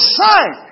sign